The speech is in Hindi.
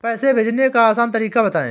पैसे भेजने का आसान तरीका बताए?